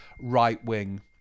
right-wing